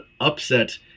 upset